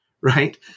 right